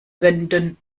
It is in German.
wenden